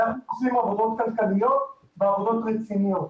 אנחנו עושים עבודות כלכליות ועבודות רציניות.